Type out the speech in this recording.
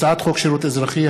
הצעת חוק שירות אזרחי,